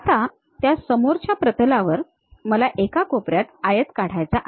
आता त्या समोरच्या प्रतलावर मला एका कोपऱ्यात आयत काढायचा आहे